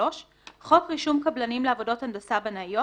"חוק רישום קבלנים לעבודות הנדסה בנאיות"